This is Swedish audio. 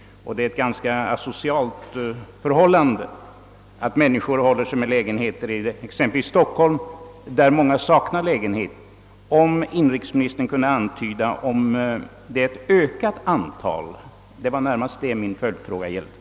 Det är ett asocialt förhållande att sådana personer håller sig med lägenhet i exempelvis Stockholm, där många människor saknar lägenhet.